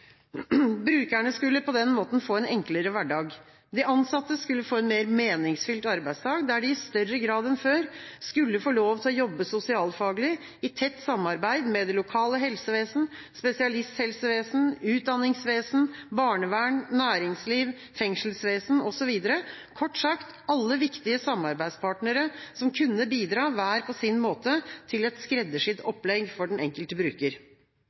Brukerne skulle på den måten få en enklere hverdag. De ansatte skulle få en mer meningsfylt arbeidsdag, der de i større grad enn før skulle få lov til å jobbe sosialfaglig, i tett samarbeid med det lokale helsevesen, spesialisthelsevesen, utdanningsvesen, barnevern, næringsliv, fengselsvesen osv. – kort sagt, alle viktige samarbeidspartnere som kunne bidra, hver på sin måte, til et skreddersydd opplegg for den enkelte bruker.